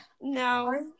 no